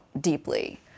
deeply